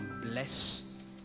bless